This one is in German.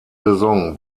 saison